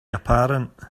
apparent